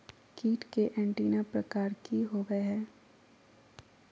कीट के एंटीना प्रकार कि होवय हैय?